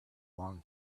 long